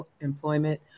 employment